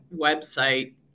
website